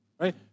Right